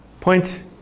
Point